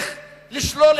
איך לשלול,